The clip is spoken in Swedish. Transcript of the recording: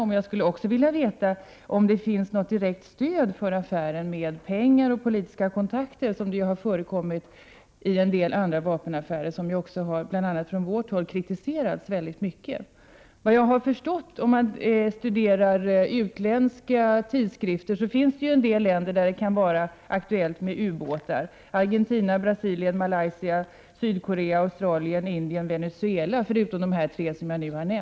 Vidare skulle jag vilja veta om det finns något direkt stöd för affären i form av pengar och politiska kontakter, vilket ju har förekommit vid en del andra vapenaffärer, affärer som vi från vpk har kritiserat mycket hårt. Såvitt jag har förstått — efter att ha studerat utländska tidskrifter — kan det bli aktuellt med export av ubåtar till vissa länder, Argentina, Brasilien, Malaysia, Sydkorea, Australien, Indien och Venezuela — förutom de tre som nämndes i frågan.